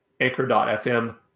Anchor.fm